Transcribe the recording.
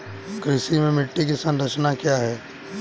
कृषि में मिट्टी की संरचना क्या है?